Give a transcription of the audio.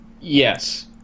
Yes